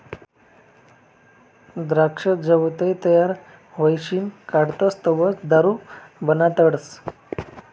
द्राक्ष जवंय तयार व्हयीसन काढतस तवंय दारू बनाडतस